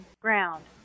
ground